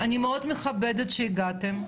אני מאוד מכבדת שהגעתם.